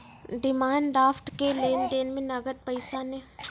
demand draft के लेन देन मे नगद पैसा नै देलो जाय छै